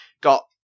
got